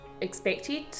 expected